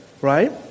right